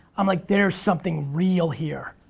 i'm like, there is something real here.